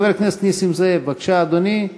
חבר הכנסת נסים זאב, בבקשה, אדוני,